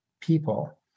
people